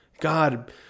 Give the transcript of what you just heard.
God